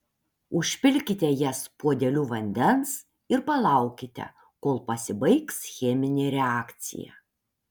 užpilkite jas puodeliu vandens ir palaukite kol pasibaigs cheminė reakcija